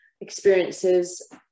experiences